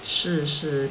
是是